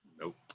Nope